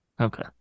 Okay